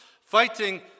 fighting